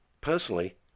Personally